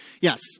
Yes